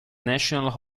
national